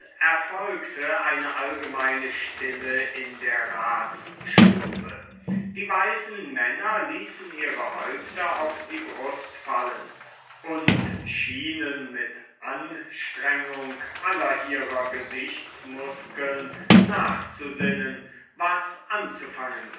erfolgte eine allgemeine stille in der ratsstube die weisen männer ließen ihre häupter auf die brust fallen und schienen mit anstrengung aller ihrer gesichtsmuskeln nachzusinnen was anzufangen